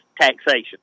taxation